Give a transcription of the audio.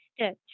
stitch